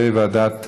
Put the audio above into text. לוועדת חינוך?